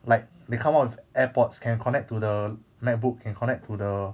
like become of airports can connect to the macbook can connect to the